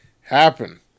happen